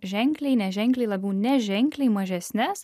ženkliai neženkliai labiau neženkliai mažesnes